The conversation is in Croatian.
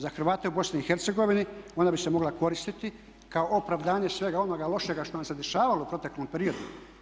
Za Hrvate u BiH ona bi se mogla koristiti kao opravdanje svega onoga lošega što nam se dešavalo u proteklom periodu.